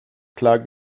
klar